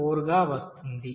56714 గా వస్తుంది